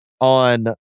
on